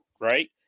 Right